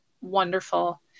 wonderful